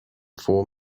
for